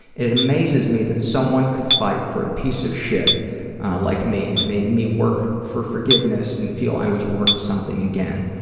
it amazes me that someone could fight for a piece of shit like me. it and made me work for forgiveness and feel i was worth something again.